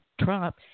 Trump